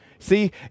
See